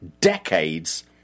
Decades